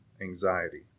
anxiety